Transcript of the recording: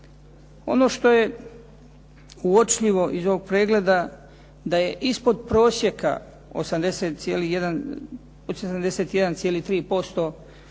Ono što je uočljivo iz ovog pregleda, da je ispod prosjeka 81,3%